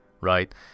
right